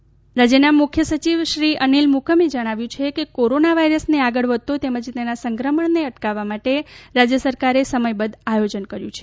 અનિલ મુકિમ રાજ્યના મુખ્ય સચિવ શ્રી અનિલ મૂકિમે જણાવ્યું છે કે કોરોના વાયરસને આગળ વધતો તેમજ તેના સંક્રમણને અટકાવવા માટે રાજય સરકારે સમયબદ્ધ આયોજન કર્યું છે